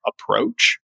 approach